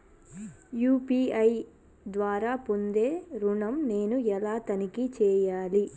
UPI ద్వారా పొందే ఋణం నేను ఎలా తనిఖీ చేయాలి?